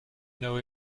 know